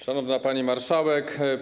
Szanowna Pani Marszałek!